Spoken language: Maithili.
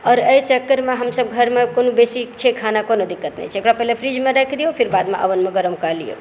आओर एहि चक्करमे हमसब घर मे कोनो बेसी छै खाना कोनो दिक्कत नहि छै एकरा पहिले फ्रिजमे राखि दियौ फेर बादमे ओवन मे गरम कऽ लियऽ